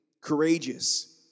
courageous